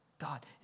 God